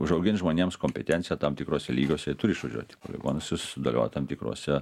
užaugint žmonėms kompetenciją tam tikruose lygiuose jie turi išvažiuot į poligonus ir s sudalyvaut tam tikruose